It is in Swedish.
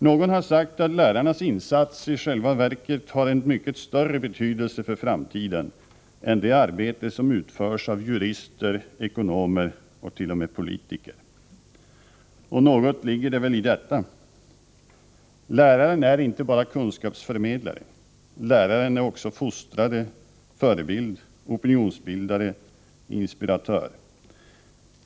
Någon har sagt att lärarnas insats i själva verket har en mycket större betydelse för framtiden än det arbete som utförs av jurister, ekonomer och t.o.m. politiker. Och något ligger det väl i detta. Läraren är inte bara kunskapsförmedlare. Lärararen är också fostrare, förebild, opinionsbildare och inspiratör.